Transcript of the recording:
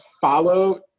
follow